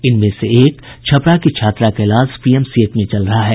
इनमें से एक छपरा की छात्रा का इलाज पीएमसीएच में चल रहा है